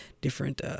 different